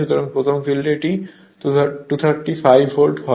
সুতরাং প্রথম ফিল্ডে এটি 230 ∅ ভোল্ট হয়